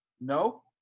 no